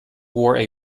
wore